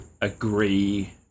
agree